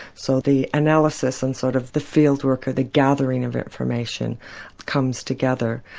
so the analysis and sort of the field work or the gathering of information comes together.